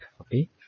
Okay